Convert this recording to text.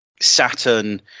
Saturn